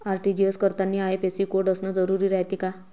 RTGS करतांनी IFSC code असन जरुरी रायते का?